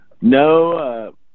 No